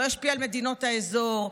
לא ישפיע על מדינות האזור,